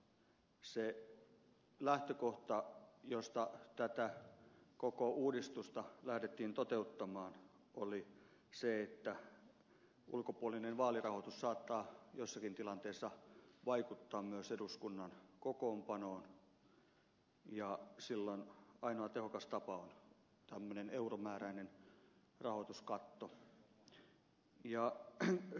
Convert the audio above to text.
se lähtökohta josta tätä koko uudistusta lähdettiin toteuttamaan oli se että ulkopuolinen vaalirahoitus saattaa jossakin tilanteessa vaikuttaa myös eduskunnan kokoonpanoon ja silloin ainoa tehokas tapa on tämmöinen euromääräinen rahoituskatto